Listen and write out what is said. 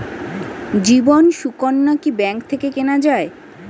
জীবন সুকন্যা কি ব্যাংক থেকে কেনা যায়?